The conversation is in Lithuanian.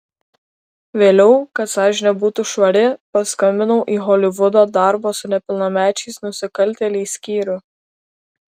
vėliau kad sąžinė būtų švari paskambinau į holivudo darbo su nepilnamečiais nusikaltėliais skyrių